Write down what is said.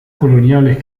coloniales